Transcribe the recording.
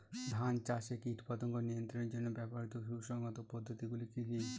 ধান চাষে কীটপতঙ্গ নিয়ন্ত্রণের জন্য ব্যবহৃত সুসংহত পদ্ধতিগুলি কি কি?